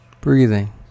breathing